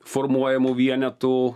formuojamų vienetų